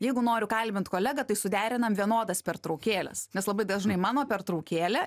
jeigu noriu kalbint kolegą tai suderinam vienodas pertraukėles nes labai dažnai mano pertraukėlė